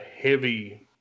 heavy